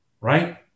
right